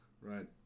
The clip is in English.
Right